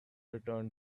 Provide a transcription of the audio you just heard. return